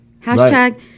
Hashtag